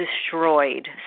destroyed